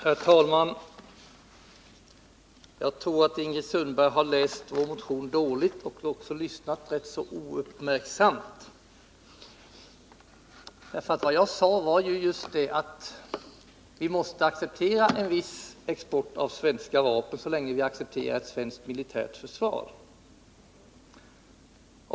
Herr talman! Jag tror att Ingrid Sundberg har läst vår motion dåligt och även lyssnat rätt ouppmärksamt. Vad jag sade var just att vi måste acceptera en viss export av svenska vapen så länge vi accepterar ett svenskt militärt försvar.